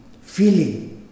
feeling